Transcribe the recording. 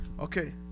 Okay